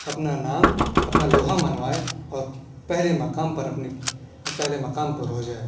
اپنا نام اپنا لوہا منوائے اور پہلے مقام پر اپنی پہلے مقام پر ہوجائے